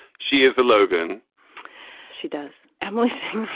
she is the logan she does. emily